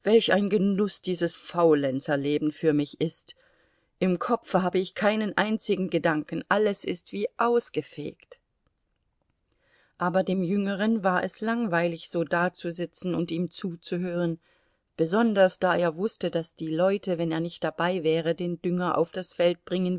ein genuß dieses faulenzerleben für mich ist im kopfe habe ich keinen einzigen gedanken alles ist wie ausgefegt aber dem jüngeren war es langweilig so dazusitzen und ihm zuzuhören besonders da er wußte daß die leute wenn er nicht dabei wäre den dünger auf das feld bringen